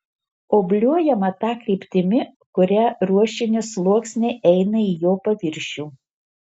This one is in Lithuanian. obliuojama ta kryptimi kuria ruošinio sluoksniai eina į jo paviršių